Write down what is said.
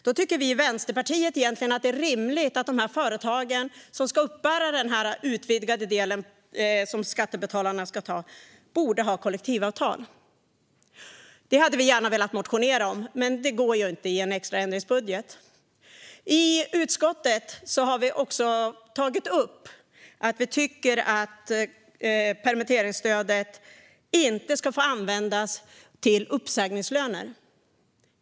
Då tycker vi i Vänsterpartiet att det är rimligt att de företag som ska uppbära den utvidgade del som skattebetalarna ska stå för borde ha kollektivavtal. Det hade vi gärna väckt motioner om - men det går ju inte till en extra ändringsbudget. I utskottet har Vänsterpartiet också tagit upp att permitteringsstödet inte ska få användas till uppsägningslöner.